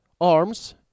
arms